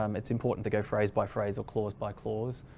um it's important to go phrase by phrase or clause by clause